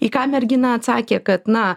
į ką mergina atsakė kad na